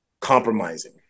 compromising